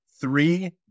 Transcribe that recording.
three